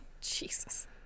jesus